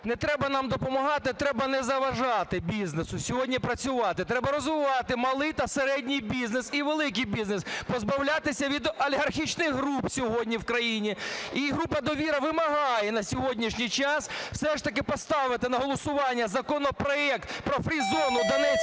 не треба нам допомагати, треба не заважати бізнесу сьогодні працювати. Треба розвивати малий та середній бізнес і великий бізнес, позбавлятися від олігархічних груп сьогодні в країні. І група "Довіра" вимагає на сьогоднішній час все ж таки поставити на голосування законопроект про free-зону Донецької